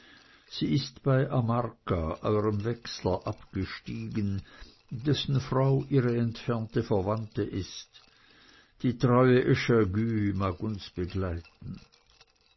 sie ist bei a marca eurem wechsler abgestiegen dessen frau ihre entfernte verwandte ist die treue echagues mag uns begleiten